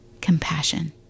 compassion